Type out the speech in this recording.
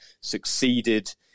succeeded